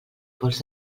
pols